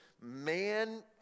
man